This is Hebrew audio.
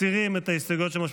מסירה.